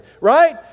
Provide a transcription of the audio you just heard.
Right